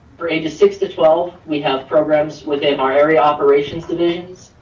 for ages six to twelve, we have programs within our area, operations divisions,